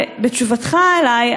בתשובתך אלי,